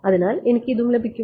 അതിനാൽ എനിക്ക് ഇത് ലഭിക്കും